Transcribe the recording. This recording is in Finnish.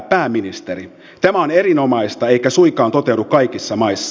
tämä on erinomaista eikä suinkaan toteudu kaikissa maissa